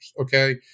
okay